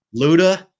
Luda